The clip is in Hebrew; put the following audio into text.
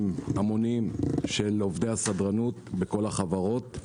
המוניים של עובדי הסדרנות בכל החברות.